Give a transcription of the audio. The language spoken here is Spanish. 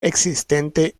existente